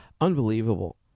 Unbelievable